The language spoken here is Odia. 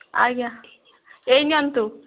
ଆଜ୍ଞା ଏହି ନିଅନ୍ତୁ